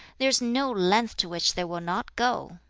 there is no length to which they will not go.